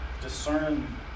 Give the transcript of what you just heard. discern